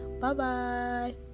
Bye-bye